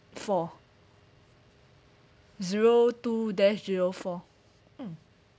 four zero two dash zero four mm